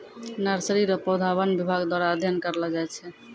nursery रो पौधा वन विभाग द्वारा अध्ययन करलो जाय छै